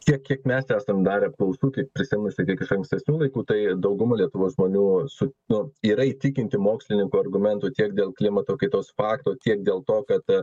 tiek kiek mes esam darę apklausų tai prisiėmus tik iš ankstesnių laikų tai dauguma lietuvos žmonių su tuo yra įtikinti mokslininkų argumentų tiek dėl klimato kaitos faktų tiek dėl to kad